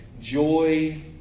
Joy